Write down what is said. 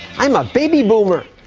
i'm a baby boomer.